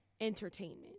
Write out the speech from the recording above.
entertainment